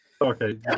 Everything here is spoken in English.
Okay